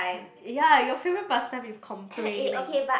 ya your favourite past time is complaining